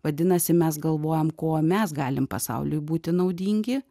vadinasi mes galvojam kuo mes galim pasauliui būti naudingi